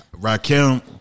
Rakim